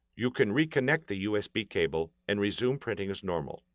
you can reconnect the usb cable and resume printing as normal.